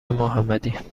محمدی